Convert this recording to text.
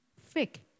Fake